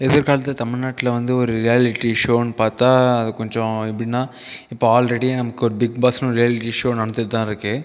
எதிர்காலத்தில் தமிழ்நாட்டில் வந்து ஒரு ரியாலிட்டி ஷோன்னு பார்த்தா அது கொஞ்சம் எப்படினா இப்போ ஆல்ரெடி நமக்கு ஒரு பிக்பாஸ் ஒரு ரியாலிட்டி ஷோ நடந்துட்டு தான் இருக்கு